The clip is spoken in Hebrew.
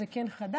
זה כן חדש,